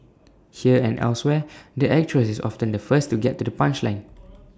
here and elsewhere the actress is often the first to get to the punchline